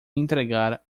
entregar